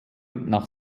nach